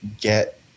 get